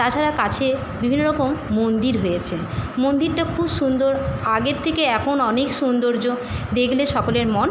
তাছাড়া কাছে বিভিন্ন রকম মন্দির হয়েছে মন্দিরটা খুব সুন্দর আগের থেকে এখন অনেক সুন্দর দেকলে সকলের মন